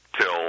Till